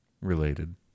related